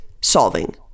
solving